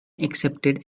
accepted